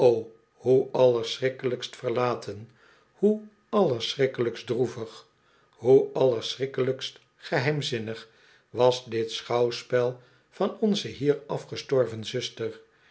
hoe allerschrikkelijkst verlaten hoe allerschrikkelijkst droevig hoeallerschrikkelijkst geheimzinnig was dit schouwspel van onze hier afgestorven zuster